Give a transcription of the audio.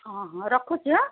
ହଁ ହଁ ରଖୁଛି ଆଁ